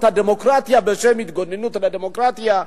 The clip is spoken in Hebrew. הדמוקרטיה בשם ההתגוננות של הדמוקרטיה,